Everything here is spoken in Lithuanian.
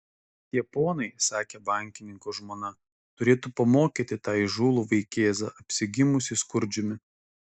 tie ponai sakė bankininko žmona turėtų pamokyti tą įžūlų vaikėzą apsigimusį skurdžiumi